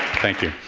thank you.